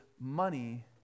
money